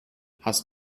hast